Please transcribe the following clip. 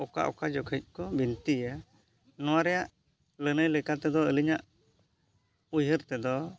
ᱚᱠᱟ ᱚᱠᱟ ᱡᱚᱠᱷᱚᱡ ᱠᱚ ᱵᱤᱱᱛᱤᱭᱟ ᱱᱚᱣᱟ ᱨᱮᱱᱟᱜ ᱞᱟᱹᱱᱟᱹᱭ ᱞᱮᱠᱟ ᱛᱮᱫᱚ ᱟᱹᱞᱤᱧᱟᱜ ᱩᱭᱦᱟᱹᱨ ᱛᱮᱫᱚ